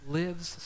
lives